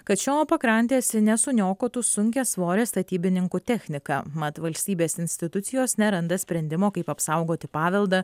kad šio pakrantės nesuniokotų sunkiasvorė statybininkų technika mat valstybės institucijos neranda sprendimo kaip apsaugoti paveldą